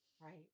right